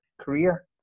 career